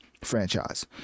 franchise